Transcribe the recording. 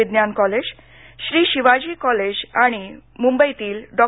विज्ञान college Shri Shivaji college आणि मुंबईतील डॉ